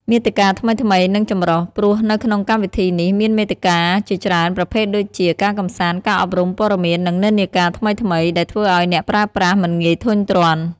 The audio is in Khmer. មាតិកាថ្មីៗ និងចម្រុះ ព្រោះនៅក្នុងកម្មវិធីនេះមានមាតិកាជាច្រើនប្រភេទដូចជា ការកម្សាន្ត ការអប់រំ ព័ត៌មាន និងនិន្នាការថ្មីៗ ដែលធ្វើឱ្យអ្នកប្រើប្រាស់មិនងាយធុញទ្រាន់។